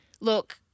look